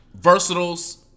versatiles